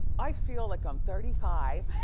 i feel like i'm thirty five.